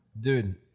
Dude